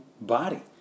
body